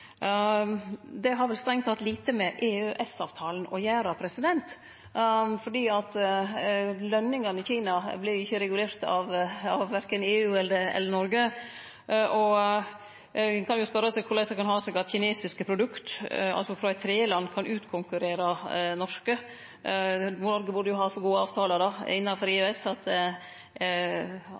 Det har vel strengt teke lite med EØS-avtalen å gjere, for lønningane i Kina vert ikkje regulerte av verken EU eller Noreg, og ein kan jo spørje seg korleis det kan ha seg at kinesiske produkt, altså frå eit tredjeland, kan utkonkurrere norske når ein har så gode avtalar innanfor EØS at